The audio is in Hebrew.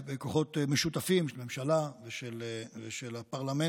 בכוחות משותפים של הממשלה ושל הפרלמנט,